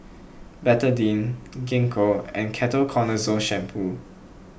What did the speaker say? Betadine Gingko and Ketoconazole Shampoo